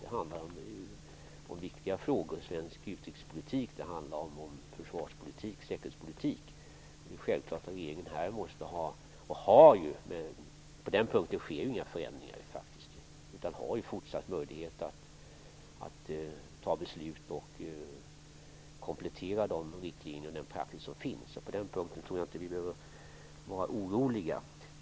Det handlar ju om viktiga frågor för svensk utrikespolitik, försvarspolitik och säkerhetspolitik. På den punkten sker det inga förändringar. Regeringen har fortsatt möjlighet att fatta beslut och komplettera de riktlinjer och den praxis som finns. På den punkten behöver vi nog inte vara oroliga.